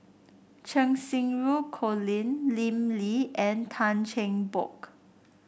Cheng Xinru Colin Lim Lee and Tan Cheng Bock